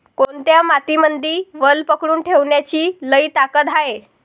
कोनत्या मातीमंदी वल पकडून ठेवण्याची लई ताकद हाये?